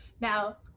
Now